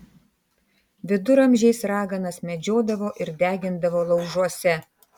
viduramžiais raganas medžiodavo ir degindavo laužuose